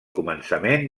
començament